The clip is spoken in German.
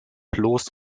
bloß